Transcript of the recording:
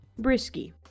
Brisky